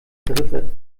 dritte